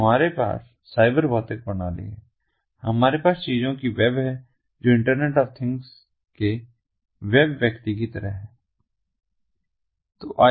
तो हमारे पास साइबर भौतिक प्रणाली है हमारे पास चीजों की वेब है जो इंटरनेट ऑफ थिंग्स के वेब व्यक्ति की तरह है